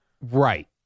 Right